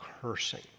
cursing